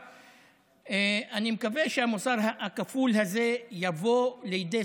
אני מקווה שהמוסר הכפול הזה יבוא לידי